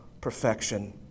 perfection